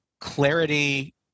clarity